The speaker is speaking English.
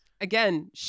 again